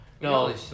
No